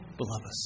beloved